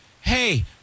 hey